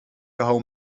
kochał